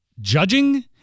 judging